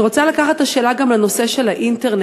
אני רוצה לקחת את השאלה גם לנושא האינטרנט.